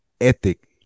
ethic